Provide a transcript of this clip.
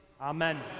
amen